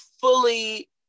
fully